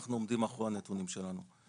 אנחנו עומדים מאחורי הנתונים שלנו.